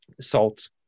Salt